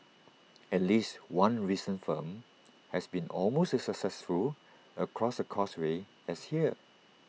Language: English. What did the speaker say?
at least one recent film has been almost as successful across the causeway as here